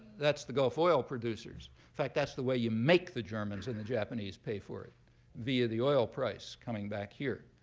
that's the gulf oil producers. in fact, that's the way you make the germans and the japanese pay for it via the oil price coming back here.